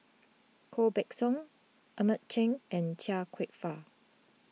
Koh Buck Song Edmund Cheng and Chia Kwek Fah